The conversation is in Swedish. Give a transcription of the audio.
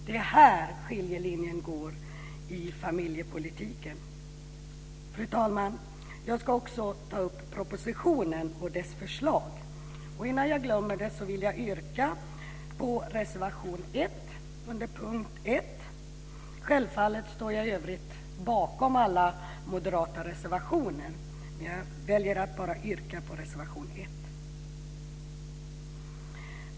Det är här skiljelinjen går i familjepolitiken. Fru talman! Jag ska också ta upp propositionen och dess förslag. Innan jag glömmer det vill jag även yrka bifall till reservation 1 under punkt 1. Självfallet står jag i övrigt bakom alla moderata reservationer, men jag väljer att yrka bifall bara till reservation 1.